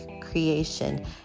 creation